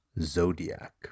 Zodiac